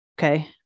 okay